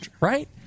right